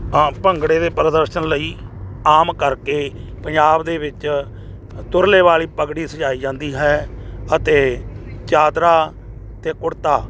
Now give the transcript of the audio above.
ਹਾਂ ਭੰਗੜੇ ਦੇ ਪ੍ਰਦਰਸ਼ਨ ਲਈ ਆਮ ਕਰਕੇ ਪੰਜਾਬ ਦੇ ਵਿੱਚ ਤੁਰਲੇ ਵਾਲੀ ਪਗੜੀ ਸਜਾਈ ਜਾਂਦੀ ਹੈ ਅਤੇ ਚਾਦਰਾ ਅਤੇ ਕੁੜਤਾ